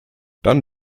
dann